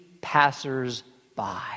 passers-by